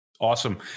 Awesome